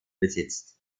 besitzt